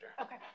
Okay